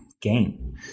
gain